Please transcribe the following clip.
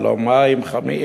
ללא מים חמים,